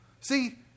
See